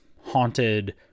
haunted